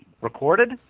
Recorded